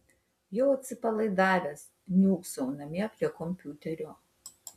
jau atsipalaidavęs niūksau namie prie kompiuterio